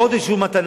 בעוד איזו מתנה,